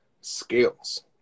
skills